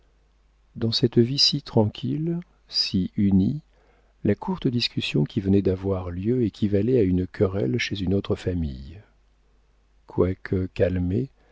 dans cette vie si tranquille si unie la courte discussion qui venait d'avoir lieu équivalait à une querelle chez une autre famille quoique calmée